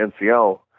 NCL